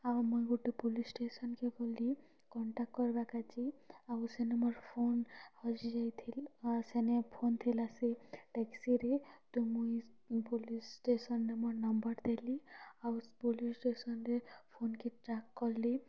ଆଉ ମୁଇଁ ଗୁଟେ ପୁଲିସ୍ ଷ୍ଟେସନ୍ କେ ଗଲି କଣ୍ଟାକ୍ଟ କରବା କାଯେ ଆଉ ସେନେ ମୋର୍ ଫୋନ୍ ହଜିଯାଇଥିଲ୍ ଆଉ ସେନେ ଫୋନ୍ ଥିଲା ସେ ଟେକ୍ସିରେ ତ ମୁଇଁ ପୋଲିସ୍ ଷ୍ଟେସନରେ ମୋର୍ ନମ୍ବର୍ ଦେଲି ଆଉ ପୋଲିସ୍ ଷ୍ଟେସନରେ ଫୋନ୍ କେ ଟ୍ରାକ୍ କଲି